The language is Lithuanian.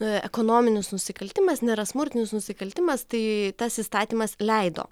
ekonominis nusikaltimas nėra smurtinis nusikaltimas tai tas įstatymas leido